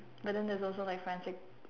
but then there's also my friends like